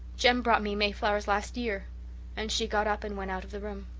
jem brought me mayflowers last year and she got up and went out of the room.